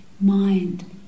mind